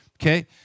Okay